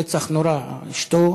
רצח נורא: אשתו